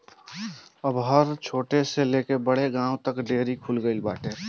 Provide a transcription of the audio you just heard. अब हर छोट से लेके बड़ गांव तक में डेयरी खुल गईल बाटे